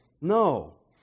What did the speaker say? No